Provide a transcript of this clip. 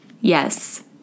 yes